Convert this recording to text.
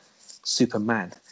Superman